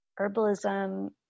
herbalism